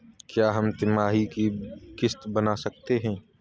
क्या हम तिमाही की किस्त बना सकते हैं?